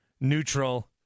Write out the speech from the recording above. Neutral